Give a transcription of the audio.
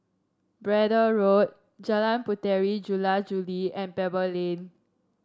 Braddell Road Jalan Puteri Jula Juli and Pebble Lane